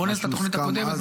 גונז את התוכנית הקודמת,